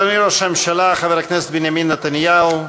אדוני ראש הממשלה חבר הכנסת בנימין נתניהו,